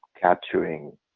capturing